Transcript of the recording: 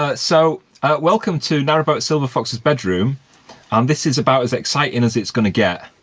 ah so welcome to narrowboat silver fox's bedroom and this is about as exciting as it's gonna get.